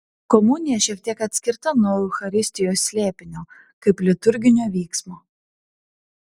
komunija šiek tiek atskirta nuo eucharistijos slėpinio kaip liturginio vyksmo